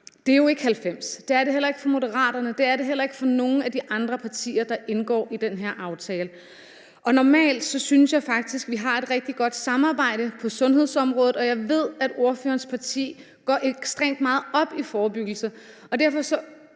Det er jo ikke 90. Det er det heller ikke for Moderaterne, og det er det heller ikke for nogen af de andre partier, der indgår i den her aftale. Normalt synes jeg faktisk, at vi har et rigtig godt samarbejde på sundhedsområdet, og jeg ved, at ordførerens parti går ekstremt meget op i forebyggelse. Derfor